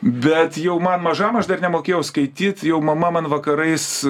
bet jau man mažam aš dar nemokėjau skaityt jau mama man vakarais